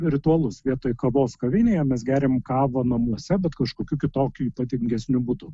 ritualus vietoj kavos kavinėje mes geriam kavą namuose bet kažkokiu kitokiu ypatingesniu būdu